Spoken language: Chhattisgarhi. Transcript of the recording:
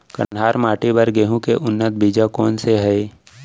कन्हार माटी बर गेहूँ के उन्नत बीजा कोन से हे?